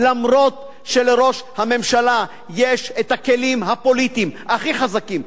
אף שלראש הממשלה יש הכלים הפוליטיים הכי חזקים,